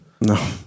No